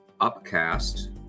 upcast